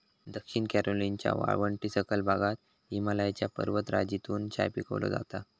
दक्षिण कॅरोलिनाच्या वाळवंटी सखल भागात हिमालयाच्या पर्वतराजीतून चाय पिकवलो जाता